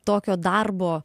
tokio darbo